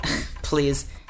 Please